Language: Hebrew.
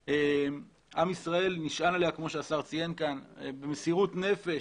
שעם ישראל נשען עליה במסירות נפש.